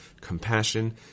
compassion